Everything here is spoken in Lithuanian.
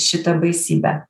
šitą baisybę